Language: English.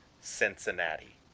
Cincinnati